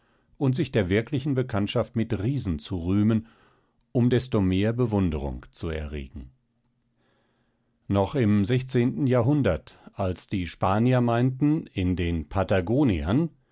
und sich der wirklichen bekanntschaft mit riesen zu rühmen um desto mehr bewunderung zu erregen noch im sechzehnten jahrhundert als die spanier meinten in den patagoniern